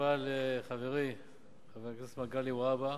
התשובה לחברי חבר הכנסת מגלי והבה: